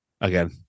Again